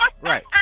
right